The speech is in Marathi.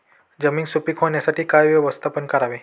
जमीन सुपीक होण्यासाठी काय व्यवस्थापन करावे?